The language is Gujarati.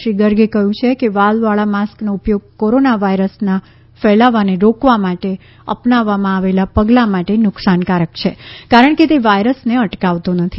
શ્રી ગર્ગે કહ્યું છે કે વાલ્વ વાળા માસ્કનો ઉપયોગ કોરોનાવાયરસના ફેલાવાને રોકવા માટે અપનાવવામાં આવેલા પગલા માટે નુકસાનકારક છે કારણ કે તે વાયરસને અટકાવતો નથી